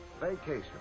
Vacation